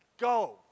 Go